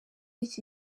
iki